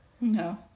No